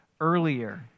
earlier